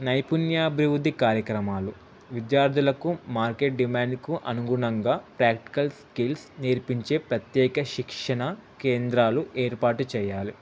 నైపుణ్యాభివృద్ధి కార్యక్రమాలు విద్యార్థులకు మార్కెట్ డిమాండ్కు అనుగుణంగా ప్రాక్టికల్ స్కిల్స్ నేర్పించే ప్రత్యేక శిక్షణ కేంద్రాలు ఏర్పాటు చెయ్యాలి